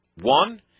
one